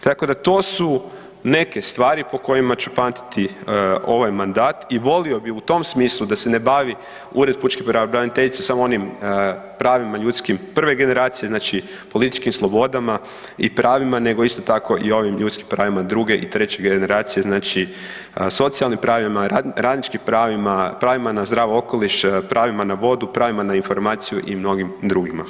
Tako da to su neke stvari po kojima ću pamtiti ovaj mandat i volio bi u tom smislu da se ne bavi Ured pučke pravobraniteljice samo onim pravima ljudskim prve generacije, znači političkim slobodama i pravima nego isto tako i ovim ljudskim pravima druge i treće generacije, znači socijalnim pravima, radničkim pravima, pravima na zdrav okoliš, pravima na vodu, pravima na informaciju i mnogim drugima.